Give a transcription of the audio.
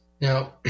Now